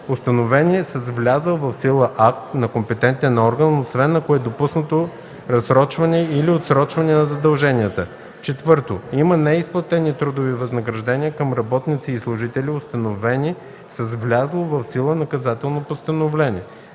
установени с влязъл в сила акт на компетентен орган, освен ако е допуснато разсрочване или отсрочване на задълженията; 4. има неизплатени трудови възнаграждения към работници и служители, установени с влязло в сила наказателно постановление.